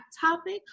topic